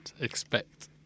expect